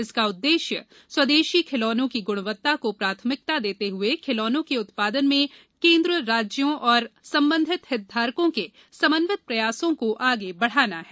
इसका उद्देश्य स्वादेशी खिलौनों की गुणवत्ता को प्राथमिकता देते हुये खिलौनों के उत्पादन में केन्द्र राज्यों और संबंधित हितधारकों के समन्वित प्रयासों को आगे बढ़ाना है